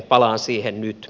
palaan siihen nyt